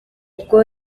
ubwo